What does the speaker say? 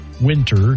winter